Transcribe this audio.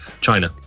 China